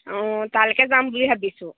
অঁ তালৈকে যাম বুলি ভাবিছোঁ